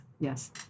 Yes